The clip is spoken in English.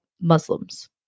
Muslims